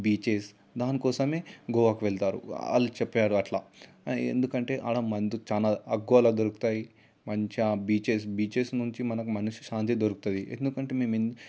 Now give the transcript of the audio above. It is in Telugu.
బీచెస్ దానికోసమే గోవాకు వెళ్తారు వాళ్ళు చెప్పారు అట్లా ఎందుకంటే ఆడ మందు చాలా అకువలో దొరుకుతాయి మంచిగా బీచెస్ బీచెస్ నుంచి మనకు మనశ్శాంతి దొరుకుతుంది ఎందుకంటే మేము